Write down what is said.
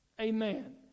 Amen